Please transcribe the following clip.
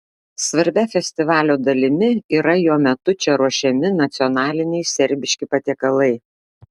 svarbia festivalio dalimi yra jo metu čia ruošiami nacionaliniai serbiški patiekalai